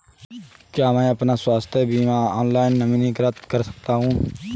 क्या मैं अपना स्वास्थ्य बीमा ऑनलाइन नवीनीकृत कर सकता हूँ?